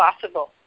possible